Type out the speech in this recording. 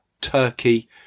Turkey